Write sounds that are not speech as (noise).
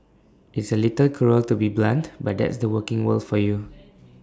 it's A little cruel to be blunt but that's the working world for you (noise)